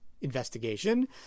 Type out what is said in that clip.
investigation